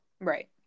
Right